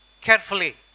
carefully